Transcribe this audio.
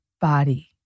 body